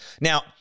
now